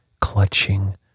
clutching